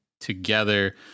together